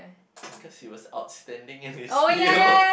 cause he was outstanding in his field